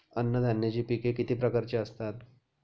अन्नधान्याची पिके किती प्रकारची असतात?